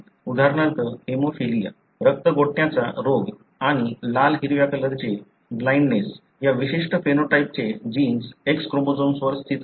उदाहरणार्थ हिमोफिलिया रक्त गोठण्याचा रोग आणि लाल हिरव्या कलरचे ब्लाइन्डनेस या विशिष्ट फेनोटाइपचे जीन्स X क्रोमोझोमवर स्थित आहेत